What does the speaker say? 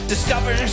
Discover